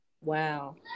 Wow